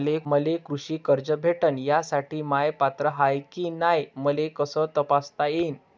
मले कृषी कर्ज भेटन यासाठी म्या पात्र हाय की नाय मले कस तपासता येईन?